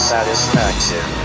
Satisfaction